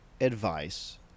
advice